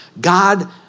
God